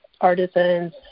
artisans